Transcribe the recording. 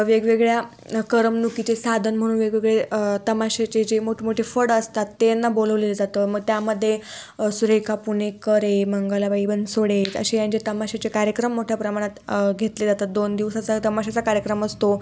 वेगवेगळ्या करमणुकीचे साधन म्हणून वेगवेगळे तमाशाचे जे मोठमोठे फड असतात त्यांना बोलवले जाते मग त्यामध्ये सुरेखा पुणेकरए मंगलाबाई बनसोडे असे यांचे तमाशाचे कार्यक्रम मोठ्या प्रमाणात घेतले जातात दोन दिवसाचा तमाशाचा कार्यक्रम असतो